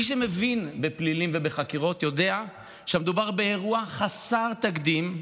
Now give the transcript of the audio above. מי שמבין בפלילים ובחקירות יודע שמדובר באירוע חסר תקדים,